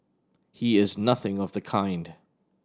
he is nothing of the kind